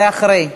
זה אחרי.